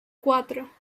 cuatro